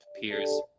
peers